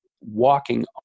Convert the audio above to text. walking